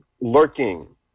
lurking